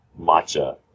matcha